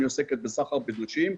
אני עוסקת בסחר בנשים,